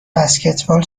بسکتبال